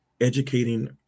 educating